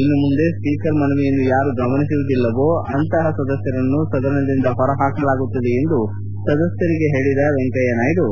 ಇನ್ನು ಮುಂದೆ ಸ್ಪೀಕರ್ ಮನವಿಯನ್ನು ಯಾರು ಗಮನಿಸುವುದಿಲ್ಲವೋ ಅಂತಹ ಸದಸ್ಯರನ್ನು ಸದನದಿಂದ ಹೊರಹಾಕಲಾಗುತ್ತದೆ ಎಂದು ಸದಸ್ಯರಿಗೆ ಹೇಳಿದ ವೆಂಕಯ್ಯ ನಾಯ್ಲು